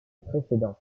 précédents